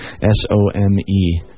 S-O-M-E